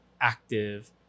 active